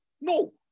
no